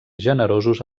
generosos